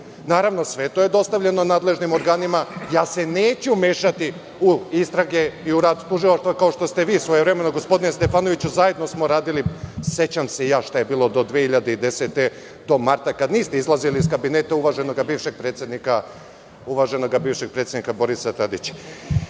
Naravno, sve je to dostavljeno nadležnim organima. Neću se mešati u istrage i rad tužilaštva, kao što ste vi svojevremeno, gospodine Stefanoviću, zajedno smo radili, sećam se i ja šta je bilo do 2010. godine, do marta kada niste izlazili iz kabineta uvaženog bivšeg predsednika Borisa Tadića. Šta